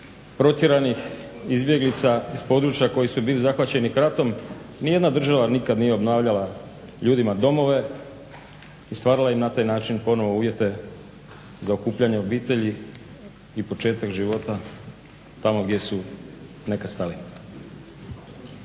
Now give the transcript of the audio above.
protjeranih izbjeglica iz područja koji su bili zahvaćeni ratom nijedna država nikad nije obnavljala ljudima domove i stvarala im na taj način ponovno uvjete za okupljanje obitelji i početak života tamo gdje su nekad stali.